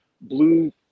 blue